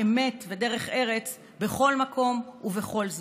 אמת ודרך ארץ בכל מקום ובכל זמן.